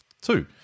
two